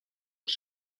als